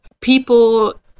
people